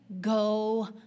go